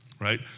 right